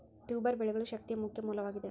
tuber ಬೆಳೆಗಳು ಶಕ್ತಿಯ ಮುಖ್ಯ ಮೂಲವಾಗಿದೆ